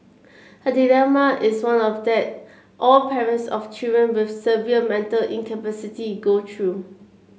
her dilemma is one of that all parents of children with severe mental incapacity go through